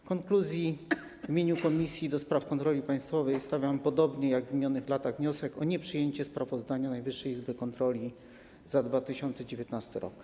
W konkluzji w imieniu Komisji do Spraw Kontroli Państwowej składam podobnie jak w minionych latach wniosek o nieprzyjęcie sprawozdania Najwyższej Izby Kontroli za 2019 r.